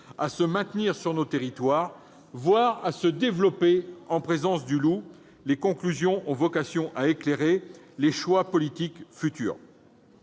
à se maintenir, voire à se développer en présence du loup. Ses conclusions auront vocation à éclairer les choix politiques futurs.